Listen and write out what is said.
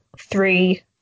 three